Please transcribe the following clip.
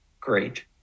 great